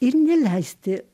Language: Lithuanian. ir neleisti